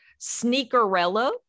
Sneakerello